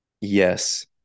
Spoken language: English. Yes